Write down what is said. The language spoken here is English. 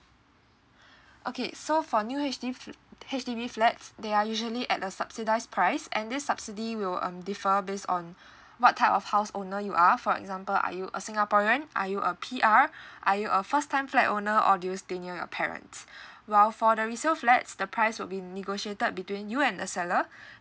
okay so for new H_D~ H_D_B flats they are usually at a subsidised price and this subsidy will um differ based on what type of house owner you are for example are you a singaporean are you a P_R are you a first time flat owner or do you stay near your parents while for the resale flats the price will be negotiated between you and the seller